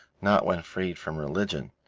not when freed from religion,